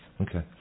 Okay